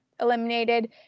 eliminated